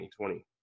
2020